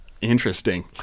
interesting